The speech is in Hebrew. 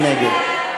מי נגד?